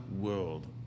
world